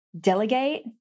delegate